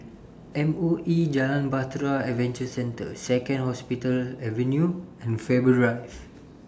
M O E Jalan Bahtera Adventure Centre Second Hospital Avenue and Faber Drive